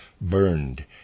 burned